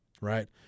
right